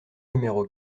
numéro